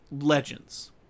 legends